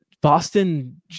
Boston